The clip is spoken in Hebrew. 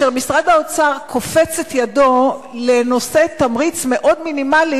משרד האוצר קופץ את ידו לתמריץ מאוד מינימלי